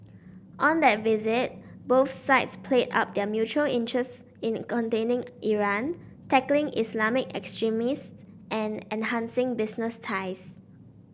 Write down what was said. on that visit both sides played up their mutual interests in containing Iran tackling Islamic extremists and enhancing business ties